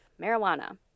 marijuana